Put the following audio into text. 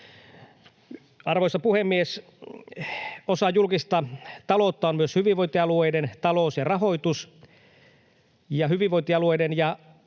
Arvoisa puhemies! Osa julkista taloutta on myös hyvinvointialueiden talous ja rahoitus.